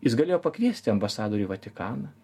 jis galėjo pakviesti ambasadorių į vatikaną